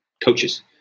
coaches